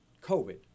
COVID